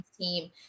team